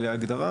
להגדרה,